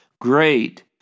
Great